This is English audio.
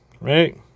right